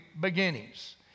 beginnings